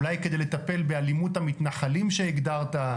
אולי כדי לטפל באלימות המתנחלים שהגדרת.